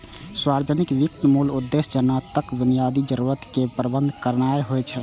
सार्वजनिक वित्तक मूल उद्देश्य जनताक बुनियादी जरूरत केर प्रबंध करनाय होइ छै